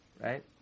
Right